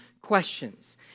questions